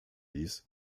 ließ